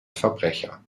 verbrecher